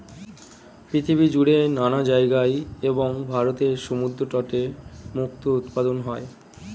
পৃথিবী জুড়ে নানা জায়গায় এবং ভারতের সমুদ্র তটে মুক্তো উৎপাদন হয়